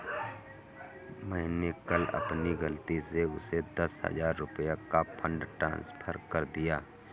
मैंने कल अपनी गलती से उसे दस हजार रुपया का फ़ंड ट्रांस्फर कर दिया